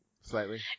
slightly